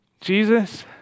Jesus